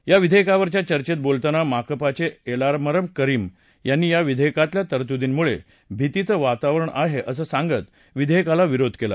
या विधेयकावरच्या चर्चेत बोलताना माकपाचे एलामरम करीम यांनी या विधेयकातल्या तरतुदींमुळे भीतीचं वातावरण आहे असं सांगत विरोधकाला विरोध केला